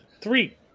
Three